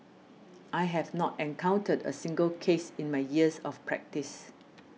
I have not encountered a single case in my years of practice